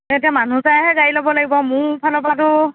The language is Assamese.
এতিয়া মানুহ চাইহে গাড়ী লব লাগিব মোৰ ফালৰ পৰাতো